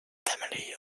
family